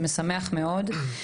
זה משמח מאוד.